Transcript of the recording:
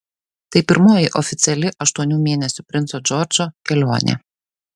tai pirmoji oficiali aštuonių mėnesių princo džordžo kelionė